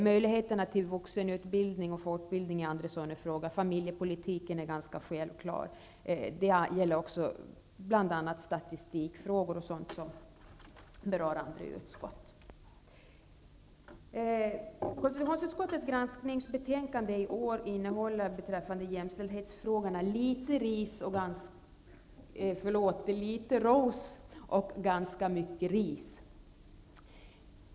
Möjligheterna till vuxenutbildning och fortbildning är andra sådana frågor, liksom, självklart, familjepolitiken. Det gäller också bl.a. statistikfrågor och liknande som berör andra utskott. Beträffande jämställdhetsfrågorna innehåller konstitutionsutskottets betänkande i år litet ros och ganska mycket ris.